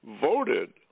voted